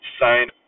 sign